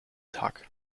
tag